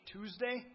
Tuesday